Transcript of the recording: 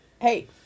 Hey